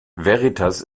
veritas